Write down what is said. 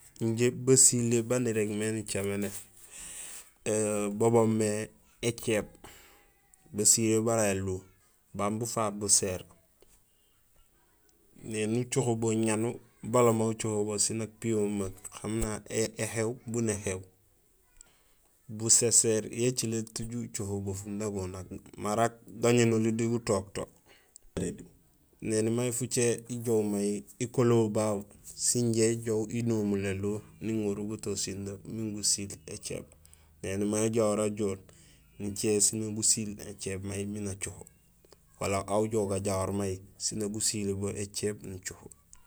Injé basilé baan irégmé nicaméné bo boomé écééb basilé bara éluw baan bufaak buséér néni ucoho bo ñanu balama ucoho bo sinja piyo memeek han na éhééw bun éhééw buséséér yo écilé lét uju ucoho bo funakonak marok gañénoli diit gutook to néni may fucé ijoow bo may ikolohul babu sinja ijoow inomul éliw miin iŋorul buto sindo miin gusiil écééb, éni may ajahora ajool nicé siin nak gusiil écééb may miin acoho wala aw ujoow may siin nak gusili bo may écééb nucoho.